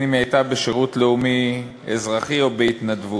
בין שהיא הייתה בשירות לאומי אזרחי או בהתנדבות.